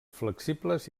flexibles